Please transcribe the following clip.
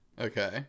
Okay